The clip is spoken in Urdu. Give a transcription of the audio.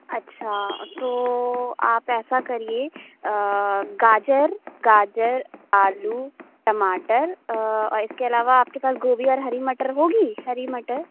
اچھا تو آپ ایسا کریے گاجر گاجر آلو ٹماٹر اور اِس کے علاوہ آپ کے پاس گوبھی اور ہری مٹر ہوگی ہری مٹر